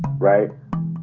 right.